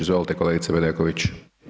Izvolite kolegice Bedeković.